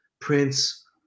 Prince